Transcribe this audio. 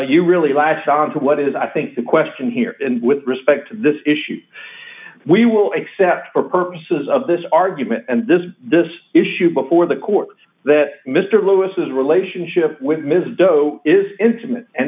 you really latch on to what is i think the question here and with respect to this issue we will accept for purposes of this argument and this this issue before the court that mr lewis's relationship with ms doe is intimate and